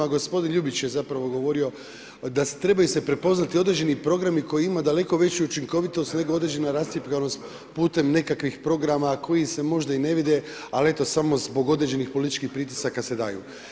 Gospodin Ljubić je zapravo govorio da trebaju se prepoznati određeni programi koji imaju daleko veću učinkovitost nego određena rascjepkanost putem nekakvih programa koji se možda i ne vide ali eto samo zbog određenih političkih pritisaka se daju.